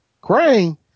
Crane